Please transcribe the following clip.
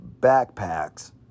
Backpacks